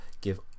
give